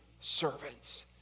servants